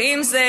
ואם זה